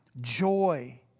joy